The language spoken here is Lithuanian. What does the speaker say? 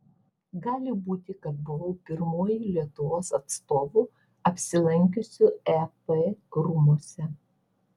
gali būti kad buvau pirmuoju lietuvos atstovu apsilankiusiu ep rūmuose